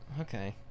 okay